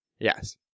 Yes